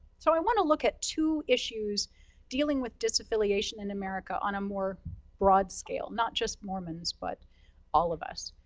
so i want to look at two issues dealing with disaffiliation in america on a more broad scale, not just mormons, but all of us.